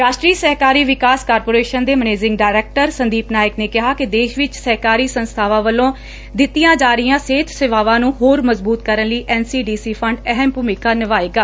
ਰਾਸ਼ਟਰੀ ਸਹਿਕਾਰ ਵਿਕਾਸ ਕਾਰਪੋਰੇਸ਼ਨ ਦੇ ਮਨੈਜਿੰਗ ਡਾਇਰੈਕਟਰ ਸੰਦੀਪ ਨਾਇਕ ਨੇ ਕਿਹਾ ਕਿ ਦੇਸ਼ ਵਿਚ ਸਹਿਕਾਰੀ ਸੰਸਬਾਵਾਂ ਵੱਲੋਂ ਦਿੱਤੀਆਂ ਜਾ ਰਹੀਆਂ ਸਿਹਤ ਸੇਵਾਵਾਂ ਨੂੰ ਹੋਰ ਮਜਬੁਤ ਕਰਨ ਲਈ N C D C fund ਅਹਿਮ ਭੂਮਿਕਾ ਨਿਭਾਏਗਾ